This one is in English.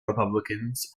republicans